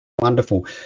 Wonderful